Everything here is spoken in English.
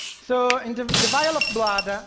so in the vial of blood,